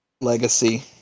Legacy